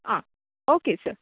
आं okay sir